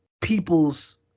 people's